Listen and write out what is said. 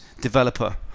developer